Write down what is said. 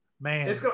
Man